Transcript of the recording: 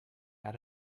had